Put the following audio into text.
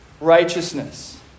righteousness